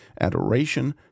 adoration